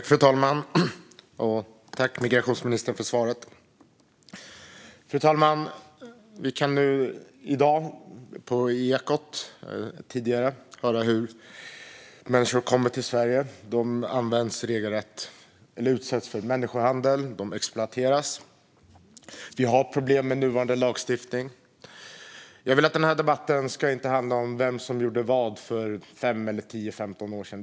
Fru talman! Jag tackar migrationsministern för svaret. Fru talman! Vi kunde tidigare i dag i Ekot höra hur människor som kommer till Sverige utsätts för regelrätt människohandel och exploateras. Vi har problem med nuvarande lagstiftning. Jag vill att den här debatten inte ska handla om vem som gjorde vad för 5, 10 eller 15 år sedan.